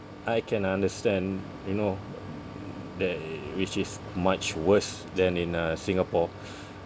I can understand you know there which is much worse than in uh Singapore